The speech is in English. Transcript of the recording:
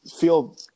feel